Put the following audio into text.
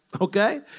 okay